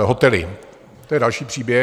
Hotely, to je další příběh.